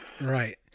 right